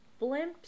blimps